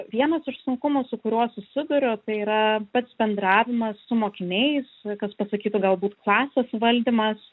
vienas iš sunkumų su kuriuo susiduriu tai yra pats bendravimas su mokiniais kas pasakytų galbūt klasės valdymas